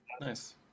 nice